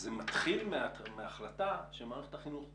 זה מתחיל מהחלטה שמערכת החינוך קודמת.